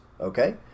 okay